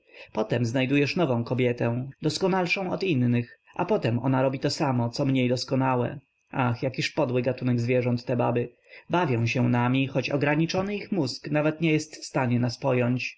potem znajdujesz nową kobietę doskonalszą od innych a potem ona robi to samo co mniej doskonałe ach jakiż podły gatunek zwierząt te baby bawią się nami choć ograniczony ich mózg nawet nie jest w stanie nas pojąć